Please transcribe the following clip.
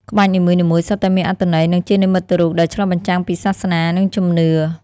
ក្បាច់នីមួយៗសុទ្ធតែមានអត្ថន័យ និងជានិមិត្តរូបដែលឆ្លុះបញ្ចាំងពីសាសនា និងជំនឿ។